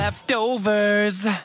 Leftovers